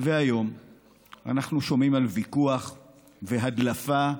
והיום אנחנו שומעים על ויכוח והדלפה,